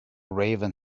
raven